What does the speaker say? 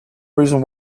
reason